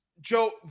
Joe